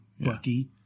Bucky